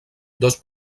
dos